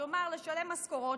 כלומר לשלם משכורות,